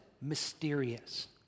mysterious